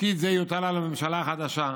תפקיד זה יוטל על הממשלה החדשה,